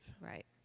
Right